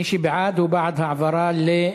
מי שבעד, הוא בעד העברה, לכספים.